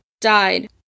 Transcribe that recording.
died